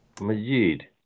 Majid